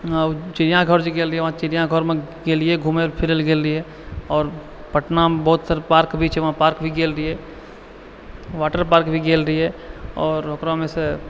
चिड़ियाघर जे गेल रहिए वहाँ चिड़ियाघरमे गेलिए घुमै फिरै लऽ गेल रहिए आओर पटनामे बहुत तरहके पार्क भी छै वहाँ पार्क भी गेल रहिए वाटर पार्क भी गेल रहिए आओर ओकरामेसँ